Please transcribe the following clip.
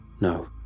no